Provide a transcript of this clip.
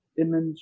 Image